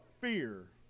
fear